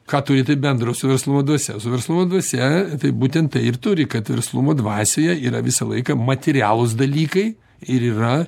ką turi tai bendro su verslumo dvasia su verslumo dvasia tai būtent tai ir turi kad verslumo dvasioje yra visą laiką materialūs dalykai ir yra